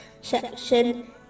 section